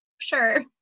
sure